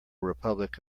republic